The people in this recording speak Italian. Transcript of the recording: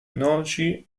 noci